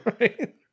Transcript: Right